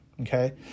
Okay